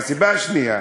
והסיבה השנייה,